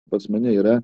pas mane yra